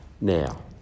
now